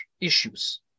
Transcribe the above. issues